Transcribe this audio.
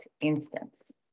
instance